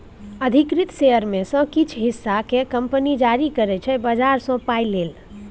अधिकृत शेयर मे सँ किछ हिस्सा केँ कंपनी जारी करै छै बजार सँ पाइ लेल